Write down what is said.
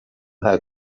how